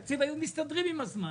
עם התקציב היו מסתדרים עם הזמן,